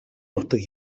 нутаг